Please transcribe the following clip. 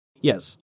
Yes